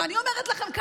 ואני אומרת לכם כאן,